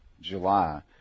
July